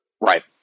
Right